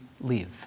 live